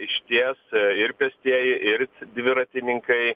išties ir pėstieji ir dviratininkai